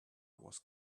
wars